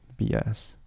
bs